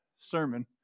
sermon